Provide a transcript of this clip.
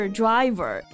driver